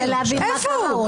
איפה?